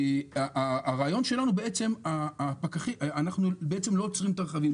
בעצם אנחנו לא עוצרים את הרכבים,